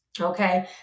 okay